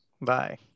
Bye